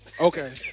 Okay